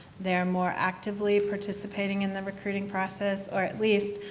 they are more actively participating in the recruiting process, or, at least,